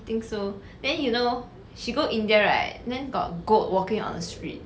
think so then you know she go india right then got goat walking on the street